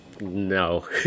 No